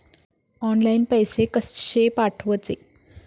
Online पैसे कशे पाठवचे?